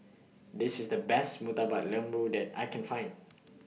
This IS The Best Murtabak Lembu that I Can Find